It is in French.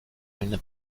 une